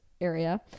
area